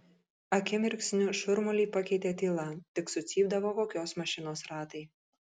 akimirksniu šurmulį pakeitė tyla tik sucypdavo kokios mašinos ratai